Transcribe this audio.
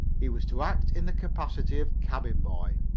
he was to act in the capacity of cabin boy.